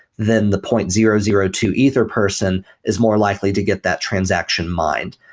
then the point zero zero two ether person is more likely to get that transaction mined.